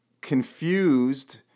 confused